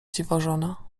dziwożona